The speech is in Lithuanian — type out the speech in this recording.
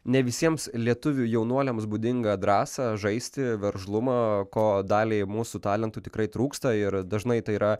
ne visiems lietuvių jaunuoliams būdingą drąsą žaisti veržlumą ko daliai mūsų talentų tikrai trūksta ir dažnai tai yra